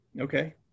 Okay